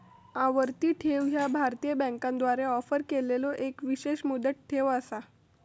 आवर्ती ठेव ह्या भारतीय बँकांद्वारा ऑफर केलेलो एक विशेष मुदत ठेव असा